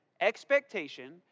expectation